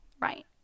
Right